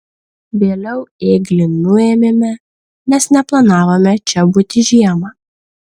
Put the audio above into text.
vėliau ėglį nuėmėme nes neplanavome čia būti žiemą